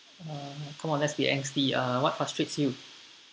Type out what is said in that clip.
uh come on let's be angsty uh what frustrates you